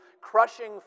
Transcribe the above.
crushing